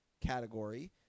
category